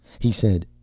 he said,